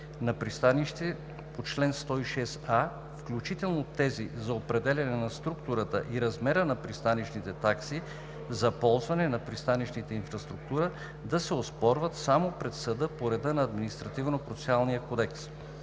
на пристанище по чл. 106а, включително тези за определяне на структурата и размера на пристанищните такси за ползване на пристанищната инфраструктура, да се оспорват само пред съда по реда на Административнопроцесуалния кодекс.